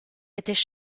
étaient